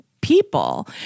people